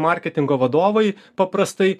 marketingo vadovai paprastai